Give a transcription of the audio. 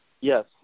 Yes